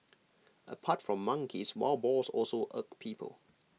apart from monkeys wild boars also irk people